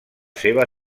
seva